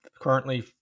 Currently